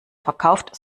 verkauft